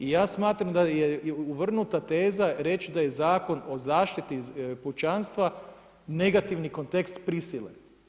I ja smatram da je uvrnuta teza reći da je Zakon o zaštiti pučanstva negativni kontekst prisile.